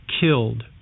killed